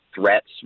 threats